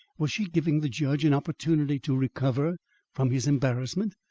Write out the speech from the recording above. was she giving the judge an opportunity to recover from his embarrassment,